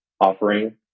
offering